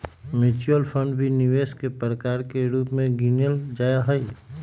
mutual fund भी निवेश के प्रकार के रूप में गिनल जाहई